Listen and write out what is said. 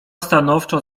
stanowczo